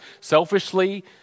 selfishly